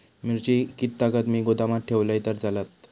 मिरची कीततागत मी गोदामात ठेवलंय तर चालात?